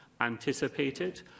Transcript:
anticipated